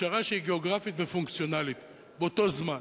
פשרה שהיא גיאוגרפית ופונקציונלית באותו זמן.